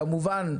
כמובן,